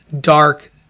dark